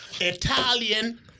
Italian